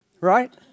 Right